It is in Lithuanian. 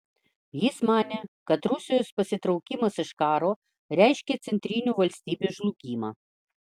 jis manė kad rusijos pasitraukimas iš karo reiškia centrinių valstybių žlugimą